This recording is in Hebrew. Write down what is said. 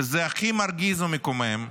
וזה הכי מרגיז ומקומם,